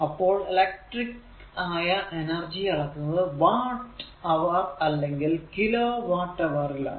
അപ്പോൾ ഇലക്ട്രിക്ക് ആയ എനർജി അളക്കുന്നത് വാട്ട് അവർ അല്ലെങ്കിൽ കിലോ വാട്ട് അവർ ൽ ആണ്